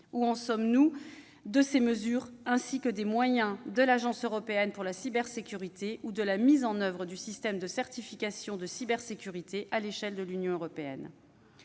Où en sommes-nous de ces mesures, des moyens dévolus à l'Agence européenne de la cybersécurité et de la mise en oeuvre d'un système de certification de cybersécurité à l'échelle de l'Union européenne ?